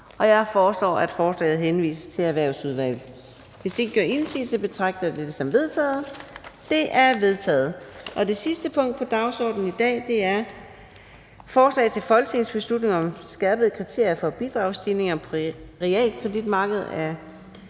Jeg foreslår, at forslaget henvises til Erhvervsudvalget. Hvis ingen gør indsigelse, betragter jeg dette som vedtaget. Det er vedtaget. --- Det sidste punkt på dagsordenen er: 18) 1. behandling af beslutningsforslag nr. B 181: Forslag til folketingsbeslutning om skærpede kriterier for bidragsstigninger på realkreditmarkedet.